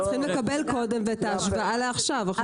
צריכים לקבל קודם ואת ההשוואה לעכשיו.